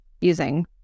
using